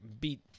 beat